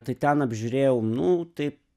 tai ten apžiūrėjau nu taip